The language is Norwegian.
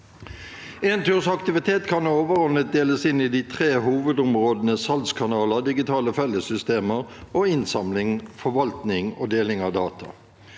Enturs aktiviteter kan overordnet deles inn i de tre hovedområdene salgskanaler, digitale fellessystemer og innsamling, forvaltning og deling av data.